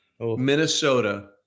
Minnesota